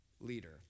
leader